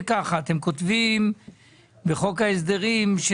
בחוק ההסדרים,